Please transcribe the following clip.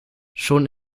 schon